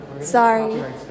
sorry